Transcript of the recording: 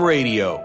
Radio